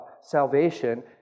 salvation